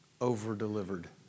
Over-delivered